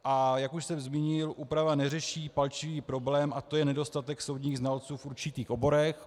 A jak už jsem zmínil, úprava neřeší palčivý problém, a to je nedostatek soudních znalců v určitých oborech.